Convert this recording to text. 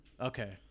Okay